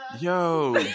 Yo